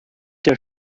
der